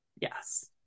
yes